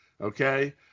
okay